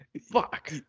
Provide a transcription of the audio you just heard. Fuck